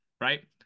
right